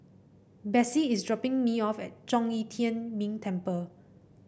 Bessie is dropping me off at Zhong Yi Tian Ming Temple